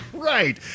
Right